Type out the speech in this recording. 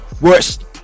Worst